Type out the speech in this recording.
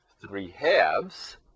three-halves